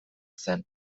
zen